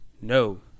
No